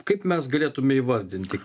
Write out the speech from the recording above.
kaip mes galėtume įvardinti